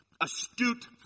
astute